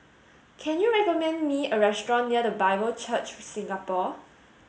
can you recommend me a restaurant near The Bible Church Singapore